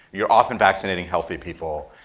you're often vaccinating healthy people.